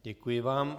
Děkuji vám.